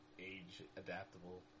age-adaptable